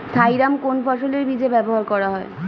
Thiram কোন ফসলের বীজে ব্যবহার করা হয়?